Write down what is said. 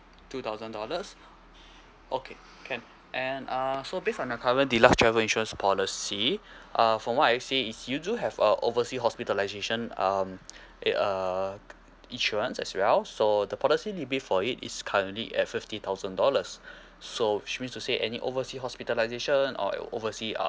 two thousand dollars okay can and uh so based on the current deluxe travel insurance policy uh from what I see is you do have a oversea hospitalisation um it uh insurance as well so the policy limit for it is currently at fifty thousand dollars so which means to say any oversea hospitalisation or overseas